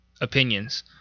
opinions